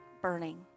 burning